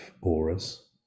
auras